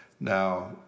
Now